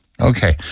Okay